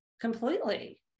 completely